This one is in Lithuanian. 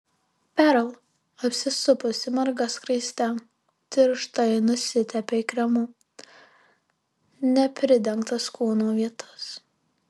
perl apsisupusi marga skraiste tirštai nusitepė kremu nepridengtas kūno vietas